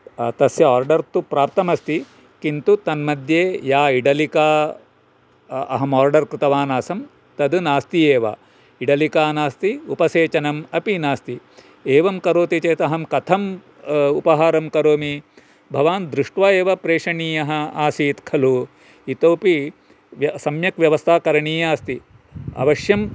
तस्य आर्डर् तु प्राप्तमस्ति किन्तु तन्मध्ये या इडलिका अहं आर्डर् कृतवानासं तत् नास्ति एव इडलिका नास्ति उपसेचनम् अपि नास्ति एवं करोति चेत् अहं कथं उपहारं करोमि भवान् दृष्ट्वा एव प्रेषणीयः आसीत् खलु इतोपि व्य सम्यक् व्यवस्था करणीया अस्ति अवश्यं